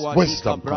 wisdom